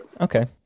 Okay